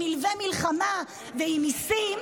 עם מלווה מלחמה ועם מיסים,